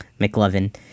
mclovin